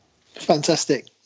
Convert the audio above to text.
Fantastic